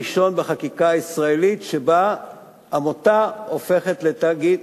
החוק הראשון בחקיקה הישראלית שבו עמותה הופכת לתאגיד,